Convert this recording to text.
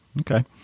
Okay